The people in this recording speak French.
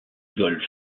golfe